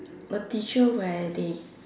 got teacher where they